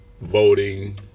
voting